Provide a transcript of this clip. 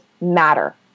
matter